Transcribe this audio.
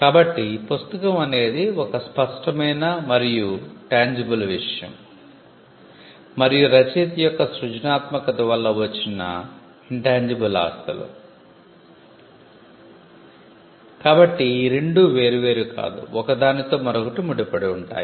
కాబట్టి ఈ రెండూ వేర్వేరు కాదు ఒక దానితో మరొకటి ముడిపడి ఉంటాయి